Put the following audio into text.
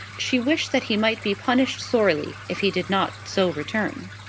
she wished that he might be punished sorely if he did not so return.